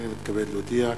אני מתכבד להודיע,